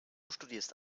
studierst